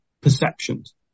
perceptions